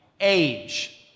age